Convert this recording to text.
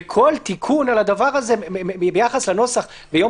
וכל תיקון על הדבר הזה ביחס לנוסח מיום